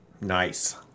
Nice